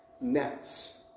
nets